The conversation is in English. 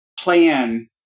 plan